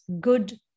good